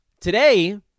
Today